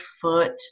foot